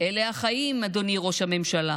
אלה החיים, אדוני ראש הממשלה.